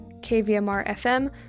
KVMR-FM